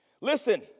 Listen